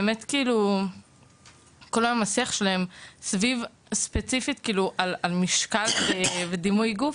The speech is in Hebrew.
הוא רק סביב משקל ודימוי גוף,